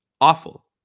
awful